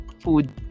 food